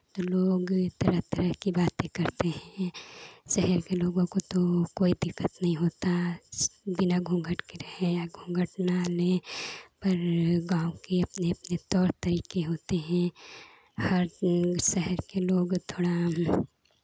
लोग तरह तरह की बातें करते हैं शहर के लोगों को तो कोई दिक्कत नहीं होता है बिना घूंघट के रहे या घूंघट ना लें पर गाँव के अपने अपने तौर तरीके होते हैं हर शहर के लोग थोड़ा